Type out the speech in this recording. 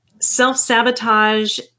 self-sabotage